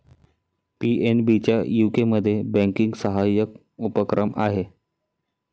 PNB चा यूकेमध्ये banking सहाय्यक उपक्रम आहे